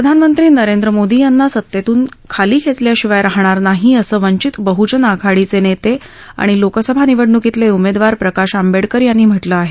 प्रधानमंत्री नरेंद्र मोदी यांना सत्तेतून खाली खेचल्याशिवाय राहणार नाही असं वंचित बहुजन आघाडीचे नेते आणि लोकसभा निवडणुकीतले उमेदवार प्रकाश आंबेडकर यांनी म्हटलं आहे